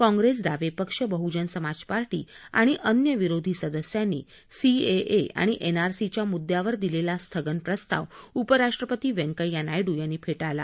काँग्रेस डावे पक्ष बहुजन समाज पार्टी आणि अन्य विरोधी सदस्यांनी सीएए आणि एनआरसीच्या मुद्द्यावर दिलेला स्थगन प्रस्ताव उपराष्ट्रपती व्यंकय्या नायडू यांनी फेटाळला